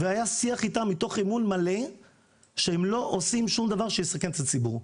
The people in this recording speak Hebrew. היה שיח איתם מתוך אמון מלא שהם לא עושים שום דבר שיסכן את הציבור.